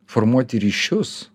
formuoti ryšius